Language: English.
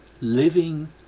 living